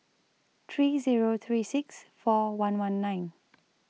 three Zero three six four one one nine